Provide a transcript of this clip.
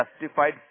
justified